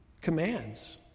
commands